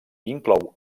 inclou